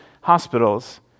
hospitals